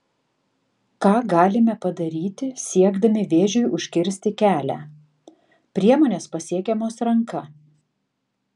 ką galime padaryti siekdami vėžiui užkirsti kelią priemonės pasiekiamos ranka